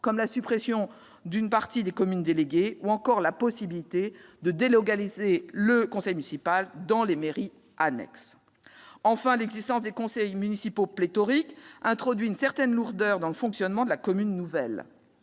de la suppression de tout ou partie des communes déléguées ou encore de la possibilité de délocaliser le conseil municipal dans les mairies annexes. Enfin, l'existence de conseils municipaux pléthoriques introduit une certaine lourdeur dans le fonctionnement de la commune nouvelle.